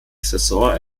saison